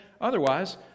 Otherwise